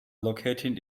located